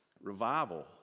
revival